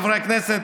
חברי הכנסת,